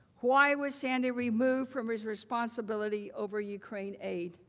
why was sandy removed from his responsibility over ukraine aid